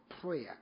prayer